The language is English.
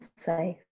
safe